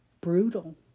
brutal